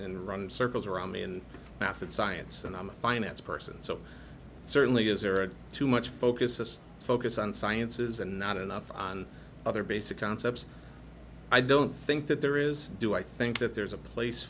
and run circles around me in math and science and i'm a finance person so certainly as there are too much focus the focus on sciences and not enough on other basic concepts i don't think that there is do i think that there's a place